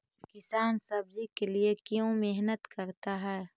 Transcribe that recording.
किसान सब्जी के लिए क्यों मेहनत करता है?